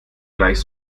gleich